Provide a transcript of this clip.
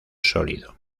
sólido